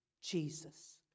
Jesus